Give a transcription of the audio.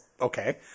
okay